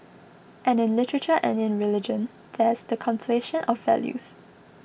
and in literature and in religion there's the conflation of values